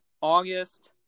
August